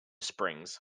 springs